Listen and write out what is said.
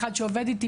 אחד שעובד איתי,